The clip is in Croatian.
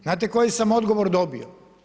Znate koji sam odgovor dobio?